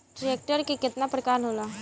Tractor के केतना प्रकार होला?